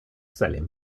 selling